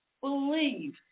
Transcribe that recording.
Believe